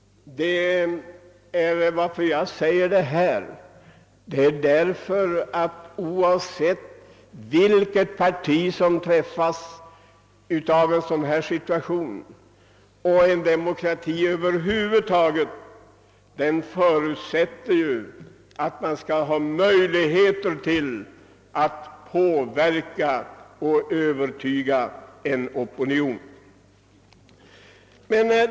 Det är likgiltigt vilket parti som drabbas av en sådan begränsning, ty i en demokrati skall alla ha möjligheter att påverka opinionen.